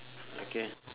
okay